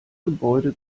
gebäude